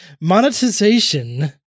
Monetization